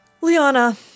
Liana